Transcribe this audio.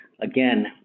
Again